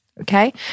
Okay